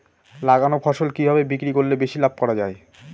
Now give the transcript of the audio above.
লাগানো ফসল কিভাবে বিক্রি করলে বেশি লাভ করা যায়?